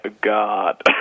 God